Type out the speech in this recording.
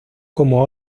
como